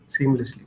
seamlessly